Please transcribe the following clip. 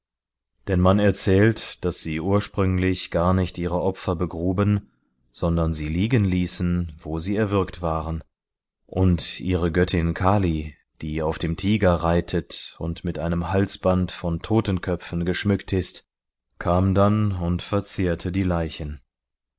denn man erzählt daß sie ursprünglich gar nicht ihre opfer begruben sondern sie liegen ließen wo sie erwürgt waren und ihre göttin kali die auf dem tiger reitet und mit einem halsband von totenköpfen geschmückt ist kam dann und verzehrte die leichen